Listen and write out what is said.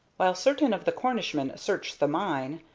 while certain of the cornishmen searched the mine,